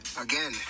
again